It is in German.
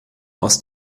aus